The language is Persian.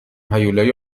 هیولای